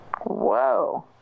Whoa